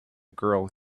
girl